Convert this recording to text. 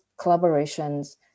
collaborations